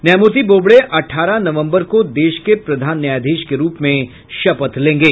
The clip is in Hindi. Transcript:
न्यायमूर्ति बोबड़े अठारह नवम्बर को देश के प्रधान न्यायाधीश के रूप में शपथ लेंगे